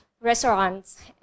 Restaurants